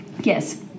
yes